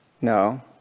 No